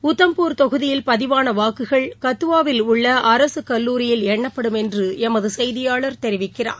உதம்பூர் தொகுதியில் பதிவான வாக்குகள் கத்துவாவில் உள்ள அரசு கல்லூரியில் எண்ணப்படும் என்று எமது செய்தியாளர் தெரிவிக்கிறார்